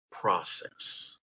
process